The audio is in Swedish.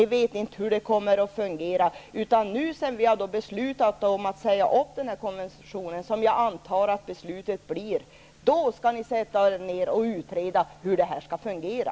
Ni vet inte hur det kommer att fungera. Efter det att vi har beslutat om att upphäva den här konventionen -- jag antar nämligen att det beslutet kommer att fattas -- skall ni utreda hur det här skall fungera.